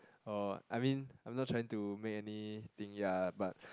or I mean I'm not trying to make anything ya but